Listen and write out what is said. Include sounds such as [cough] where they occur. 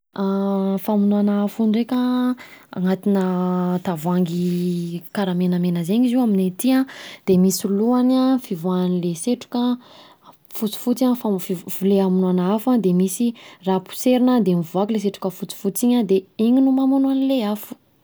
Famonoana afo ndreka, anatina tavoahangy karaha menamena zegny izy io aminay aty an, de misy lohany an, fivoahan'le setroka fotsifotsy an, [unintelligible] le hamonoana afo de misy raha potserina dea mivoaka le setroka fotsifotsy iny an, de iny no mamono anle afo